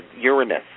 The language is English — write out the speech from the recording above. Uranus